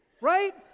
Right